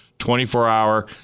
24-hour